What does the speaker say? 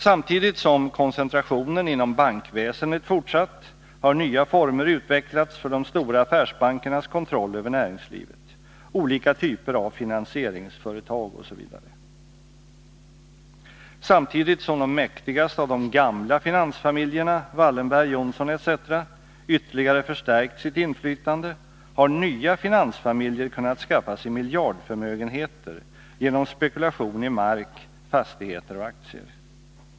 Samtidigt som koncentrationen inom bankväsendet fortsatt har nya former utvecklats för de stora affärsbankernas kontroll över näringslivet — olika typer av finansieringsföretag osv. Samtidigt som de mäktigaste av de gamla finansfamiljerna — Wallenberg, Johnson etc. — ytterligare förstärkt sitt inflytande har nya finansfamiljer kunnat skaffa sig miljardförmögenheter genom spekulation i mark, fastigheter och aktier.